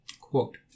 Quote